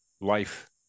life